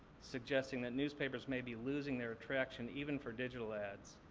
suggesting that newspapers may be losing their attraction, even for digital ads.